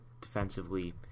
defensively